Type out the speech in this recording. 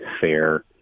fair